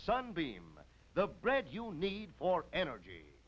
sunbeam the bread you need for energy